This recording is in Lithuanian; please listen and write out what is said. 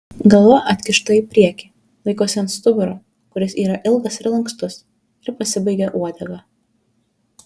galva atkišta į priekį laikosi ant stuburo kuris yra ilgas ir lankstus ir pasibaigia uodega